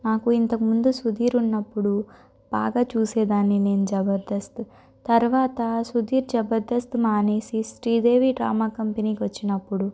నాకు ఇంతకముందు సుధీర్ ఉన్నప్పుడు బాగా చేసేదాన్ని నేను జబర్దస్త్ తరువాత సుధీర్ జబర్దస్త్ మానేసి శ్రీదేవి డ్రామా కంపెనీకొచ్చిన్నప్పుడు